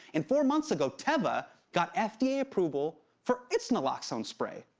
and four months ago, teva got fda approval for its naloxone spray.